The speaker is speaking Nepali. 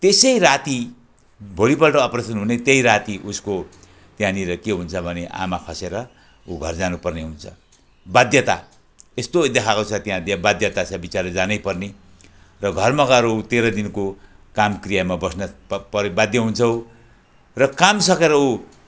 त्यसै राति भोलिपल्ट अपरेसन हुने त्यही राति उसको त्यहाँनिर के हुन्छ भने आमा खसेर ऊ घर जानुपर्ने हुन्छ बाध्यता यस्तो देखाएको छ त्यहाँ त्यो बाध्यता छ विचरा जानैपर्ने र घरमा गएर ऊ तेह्र दिनको काम क्रियामा बस्न प पर्यो बाध्य हुन्छ ऊ र काम सकेर ऊ